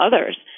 others